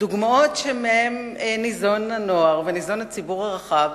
הדוגמאות שמהן ניזונים הנוער בפרט והציבור הרחב